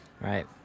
right